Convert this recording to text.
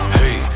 Hey